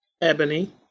Ebony